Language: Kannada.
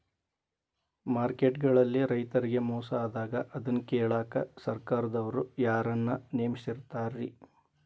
ಮಾರ್ಕೆಟ್ ಗಳಲ್ಲಿ ರೈತರಿಗೆ ಮೋಸ ಆದಾಗ ಅದನ್ನ ಕೇಳಾಕ್ ಸರಕಾರದವರು ಯಾರನ್ನಾ ನೇಮಿಸಿರ್ತಾರಿ?